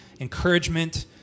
encouragement